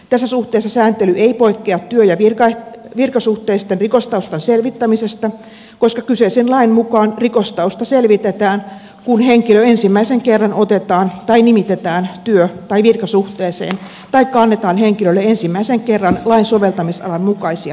tässä suhteessa sääntely ei poikkea työ ja virkasuhteisten rikostaustan selvittämisestä koska kyseisen lain mukaan rikostausta selvitetään kun henkilö ensimmäisen kerran otetaan tai nimitetään työ tai virkasuhteeseen taikka annetaan henkilölle ensimmäisen kerran lain soveltamisalan mukaisia tehtäviä